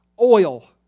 oil